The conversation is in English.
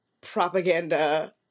propaganda